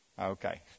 Okay